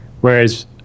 Whereas